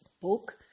book